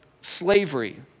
slavery